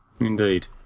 Indeed